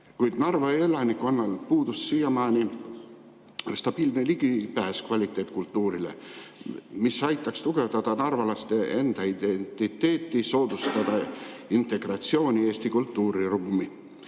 kuid Narva elanikkonnal puudus siiamaani stabiilne ligipääs kvaliteetkultuurile, mis aitaks tugevdada narvalaste identiteeti ja soodustada integreerumist Eesti kultuuriruumi.